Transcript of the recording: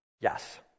yes